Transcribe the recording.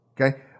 Okay